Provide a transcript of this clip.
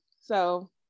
so-